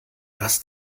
das